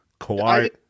Kawhi